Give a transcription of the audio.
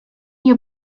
you